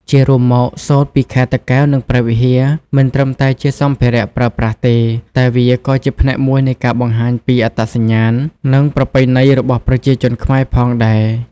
ជារួមមក សូត្រពីខេត្តតាកែវ និងព្រះវិហារ មិនត្រឹមតែជាសម្ភារៈប្រើប្រាស់ទេ តែវាក៏ជាផ្នែកមួយនៃការបង្ហាញពីអត្តសញ្ញាណ និងប្រពៃណីរបស់ប្រជាជនខ្មែរផងដែរ។